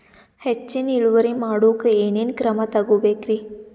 ಹೆಚ್ಚಿನ್ ಇಳುವರಿ ಮಾಡೋಕ್ ಏನ್ ಏನ್ ಕ್ರಮ ತೇಗೋಬೇಕ್ರಿ?